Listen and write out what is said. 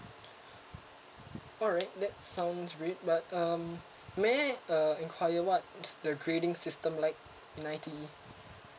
alright that sounds great but um may I uh enquire what the grading system like in I_T_E